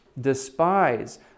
Despise